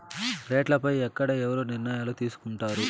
రేట్లు పై ఎక్కడ ఎవరు నిర్ణయాలు తీసుకొంటారు?